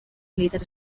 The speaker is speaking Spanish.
militar